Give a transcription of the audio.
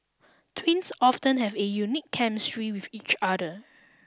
twins often have a unique chemistry with each other